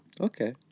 Okay